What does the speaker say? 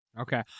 Okay